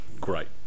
great